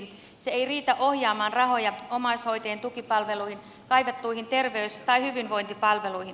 se ei riitä ohjaamaan rahoja omaishoitajien tukipalveluihin kaivattuihin terveys tai hyvinvointipalveluihin